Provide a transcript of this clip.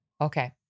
Okay